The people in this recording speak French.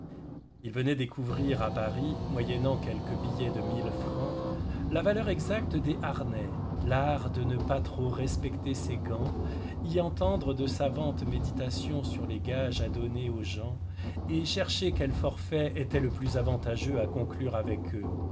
il venait découvrir à paris moyennant quelques billets de mille francs la valeur exacte des harnais l'art de ne pas trop respecter ses gants y entendre de savantes méditations sur les gages à donner aux gens et chercher quel forfait était le plus avantageux à conclure avec eux